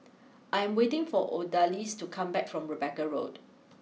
I am waiting for Odalys to come back from Rebecca Road